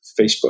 Facebook